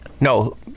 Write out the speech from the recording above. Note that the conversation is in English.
No